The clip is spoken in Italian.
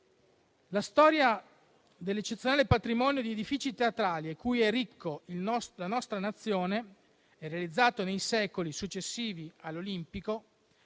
La storia dell'eccezionale patrimonio di edifici teatrali di cui è ricca la nostra Nazione è stata realizzata nei secoli successivi all'Olimpico,